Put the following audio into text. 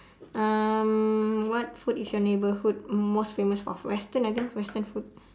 um what food is your neighbourhood most famous for western I think western food